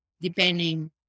depending